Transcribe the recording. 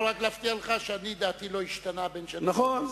אני יכול רק להבטיח לך שדעתי לא השתנתה בין שאני באופוזיציה